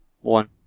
One